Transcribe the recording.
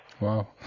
Wow